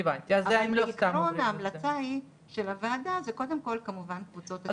אבל בעיקרון ההמלצה של הוועדה היא זה קודם כל כמובן קבוצות הסיכון.